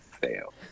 fail